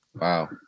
Wow